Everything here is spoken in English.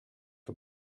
for